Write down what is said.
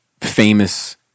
famous